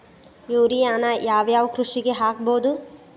ಯೂರಿಯಾನ ಯಾವ್ ಯಾವ್ ಕೃಷಿಗ ಹಾಕ್ಬೋದ?